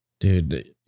Dude